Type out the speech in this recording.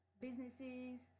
businesses